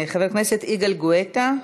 חבר הכנסת יגאל גואטה.